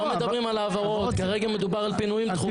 לא מדברים על העברות, מדובר על פינויים דחופים.